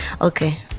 okay